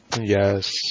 Yes